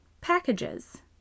packages